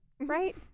right